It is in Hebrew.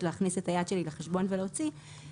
להכניס את היד לחשבון להוציא את הכסף,